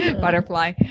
Butterfly